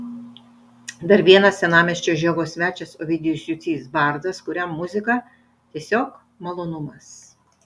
dar vienas senamiesčio žiogo svečias ovidijus jucys bardas kuriam muzika tiesiog malonumas